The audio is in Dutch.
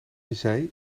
zij